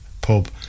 Pub